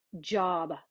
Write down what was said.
job